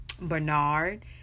Bernard